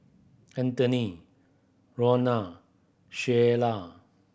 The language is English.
Antoine Ronna Sheyla